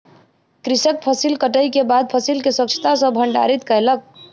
कृषक फसिल कटै के बाद फसिल के स्वच्छता सॅ भंडारित कयलक